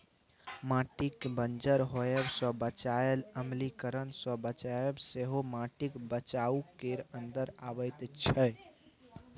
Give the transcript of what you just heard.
माटिकेँ बंजर होएब सँ बचाएब, अम्लीकरण सँ बचाएब सेहो माटिक बचाउ केर अंदर अबैत छै